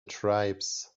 tribes